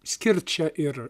skirt čia ir